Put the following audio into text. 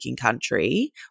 country